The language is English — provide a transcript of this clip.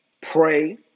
pray